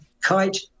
kite